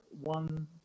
one